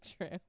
true